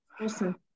awesome